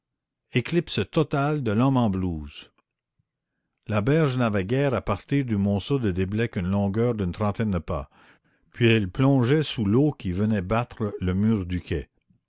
éclipse totale de l'homme en blouse la berge n'avait guère à partir du monceau de déblais qu'une longueur d'une trentaine de pas puis elle plongeait sous l'eau qui venait battre le mur du quai